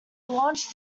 launched